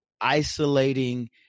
isolating